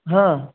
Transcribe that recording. हां